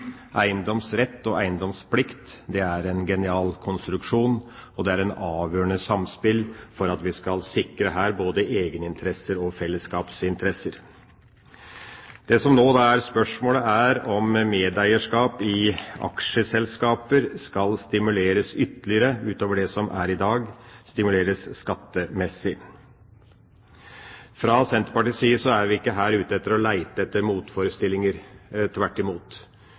Eiendomsrett og eiendomsplikt er en genial konstruksjon, og det er et avgjørende samspill for at vi skal sikre både egeninteresser og fellesskapsinteresser. Det som nå er spørsmålet, er om medeierskap i aksjeselskaper skal stimuleres skattemessig ytterligere utover det som er tilfellet i dag. Fra Senterpartiets side er vi ikke her ute etter å leite etter motforestillinger, tvert imot.